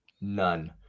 None